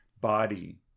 body